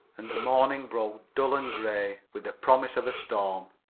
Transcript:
and the morning broke dull and gray, with the promise of a storm.